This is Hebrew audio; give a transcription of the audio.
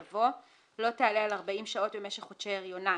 יבוא: "לא תעלה על 40 שעות במשך חודשי הריונה,